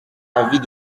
avis